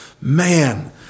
Man